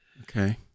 okay